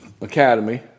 academy